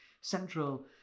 central